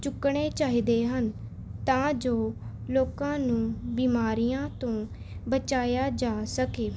ਚੁੱਕਣੇ ਚਾਹੀਦੇ ਹਨ ਤਾਂ ਜੋ ਲੋਕਾਂ ਨੂੰ ਬਿਮਾਰੀਆਂ ਤੋਂ ਬਚਾਇਆ ਜਾ ਸਕੇ